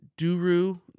Duru